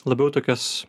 labiau tokias